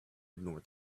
ignore